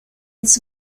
its